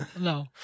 no